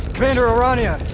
commander o'rania!